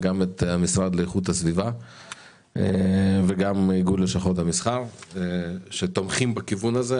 המשרד להגנת הסביבה ואיגוד לשכות המסחר תומכים בכיוון הזה.